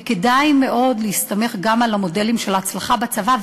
וכדאי מאוד להסתמך גם על המודלים של ההצלחה בצבא,